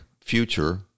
future